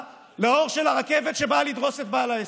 לאור של הרכבת שבאה לדרוס את בעל העסק.